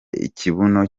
ikibuno